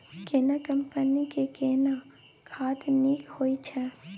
केना कंपनी के केना खाद नीक होय छै?